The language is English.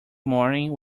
morning